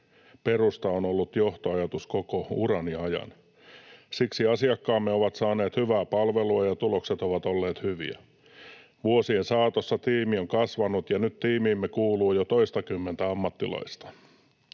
perusta on ollut johtoajatus koko urani ajan. Siksi asiakkaamme ovat saaneet hyvää palvelua ja tulokset ovat olleet hyviä. Vuosien saatossa tiimi on kasvanut, ja nyt tiimiimme kuuluu jo toistakymmentä ammattilaista.